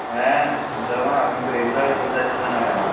হ্যাঁ চিনতে পারবো না আপনি তো রেগুলারের খদ্দের ছিলেন আগে আমার